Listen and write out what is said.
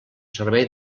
servei